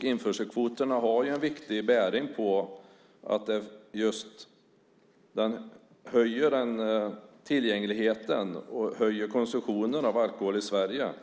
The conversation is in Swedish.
Införselkvoterna har ju en viktig bäring när det gäller att tillgängligheten ökar och konsumtionen av alkohol i Sverige ökar.